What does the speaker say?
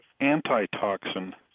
antitoxin